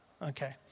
Okay